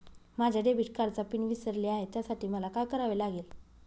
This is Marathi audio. माझ्या डेबिट कार्डचा पिन विसरले आहे त्यासाठी मला काय करावे लागेल?